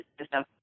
system